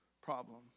problem